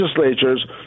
legislatures